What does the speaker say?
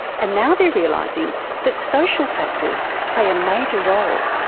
and now they're realising that social factors play a major role.